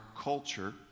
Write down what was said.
culture